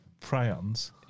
prions